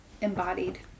embodied